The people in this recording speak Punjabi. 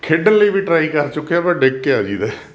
ਖੇਡਣ ਲਈ ਵੀ ਟਰਾਈ ਕਰ ਚੁੱਕੇ ਹਾਂ ਪਰ ਡਿੱਗ ਕੇ ਆ ਜਾਈਦਾ